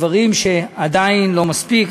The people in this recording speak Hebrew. עדיין לא מספיק,